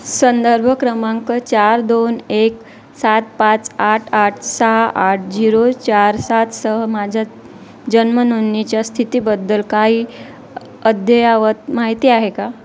संदर्भ क्रमांक चार दोन एक सात पाच आठ आठ सहा आठ झिरो चार सात सह माझ्या जन्मनोंदणीच्या स्थितीबद्दल काही अद्ययावत माहिती आहे का